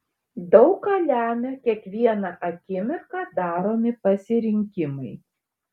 daug ką lemią kiekvieną akimirką daromi pasirinkimai